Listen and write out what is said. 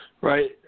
Right